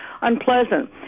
unpleasant